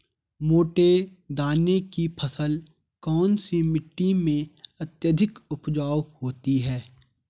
मोटे दाने की फसल कौन सी मिट्टी में अत्यधिक उपजाऊ होती है?